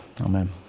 Amen